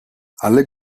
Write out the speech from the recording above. alle